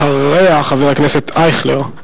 אחריה, חבר הכנסת אייכלר.